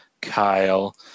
kyle